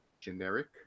generic